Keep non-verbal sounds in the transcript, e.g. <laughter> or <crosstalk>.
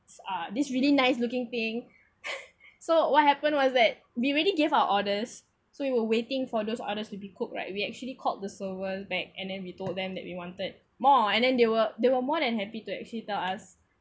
uh this really nice looking thing <laughs> so what happened was that we already gave our orders so we were waiting for those orders to be cooked right we actually called this server back and then we told them that we wanted more and then they were they were more than happy to actually tell us